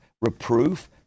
reproof